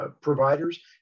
providers